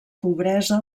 pobresa